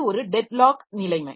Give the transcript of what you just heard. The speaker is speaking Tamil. இது ஒரு டெட் லாக் நிலைமை